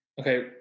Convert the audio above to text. Okay